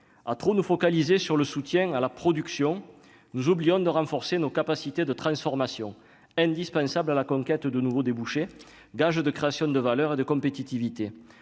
à trop nous focaliser sur le soutien à la production, nous oublions de renforcer nos capacités de transformation indispensable à la conquête de nouveaux débouchés, gage de création de valeur et de compétitivité,